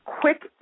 quick